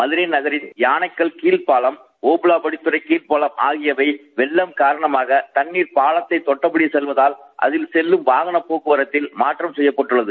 மதுரை நகரின் யாணைக்கல் கீழ்ப்பாலம் படித்துறை கீழ்பாலம் ஆகியவை வெள்ளம் காரணமாக தண்ணீர் பாலத்தை தொட்டபடி செல்வதால் அதில் செல்லும் வாகனப் போக்குவரத்தில் மாற்றம் செய்யப்பட்டுள்ளது